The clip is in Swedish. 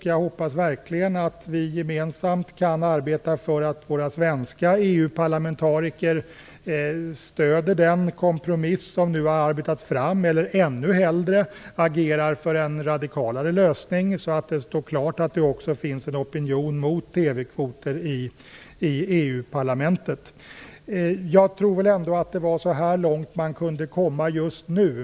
Jag hoppas verkligen att vi gemensamt kan arbeta för att våra svenska EU-parlamentariker stöder den kompromiss som nu har arbetats fram eller, och ännu hellre, agerar för en radikalare lösning, så att det står klart att det också i EU-parlamentet finns en opinion mot TV-kvoter. Jag tror väl ändå att det här är så långt man just nu kunde komma.